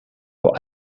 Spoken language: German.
vor